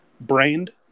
brained